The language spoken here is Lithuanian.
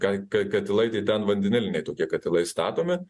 ka ka katilai ten vandeniliniai tokie katilai statomi